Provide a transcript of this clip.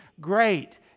great